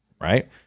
right